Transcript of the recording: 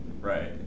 Right